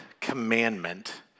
commandment